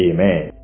Amen